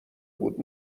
بود